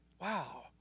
Wow